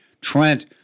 Trent